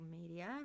media